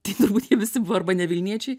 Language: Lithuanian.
tai turbūt jie visi buvo arba ne vilniečiai